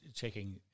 checking